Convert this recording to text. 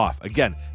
Again